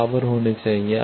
बराबर होना चाहिए